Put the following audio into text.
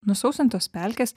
nusausintos pelkės